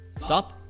stop